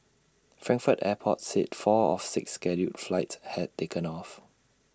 Frankfurt airport said four of six scheduled flights had taken off